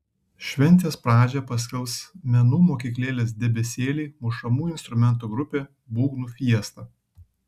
šventės pradžią paskelbs menų mokyklėlės debesėliai mušamųjų instrumentų grupė būgnų fiesta